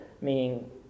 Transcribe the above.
meaning